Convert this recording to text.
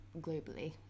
globally